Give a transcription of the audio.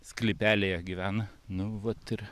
sklypelyje gyvena nu vat ir